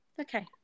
Okay